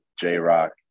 J-Rock